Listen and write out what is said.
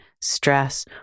stress